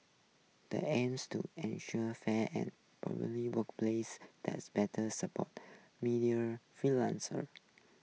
the aim's to fair and workplaces this better supports media freelancers